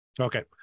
okay